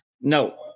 No